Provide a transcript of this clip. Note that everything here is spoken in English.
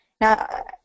Now